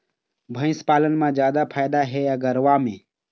भंइस पालन म जादा फायदा हे या गरवा में?